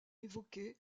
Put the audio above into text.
évoqués